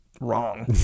wrong